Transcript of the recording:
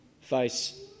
face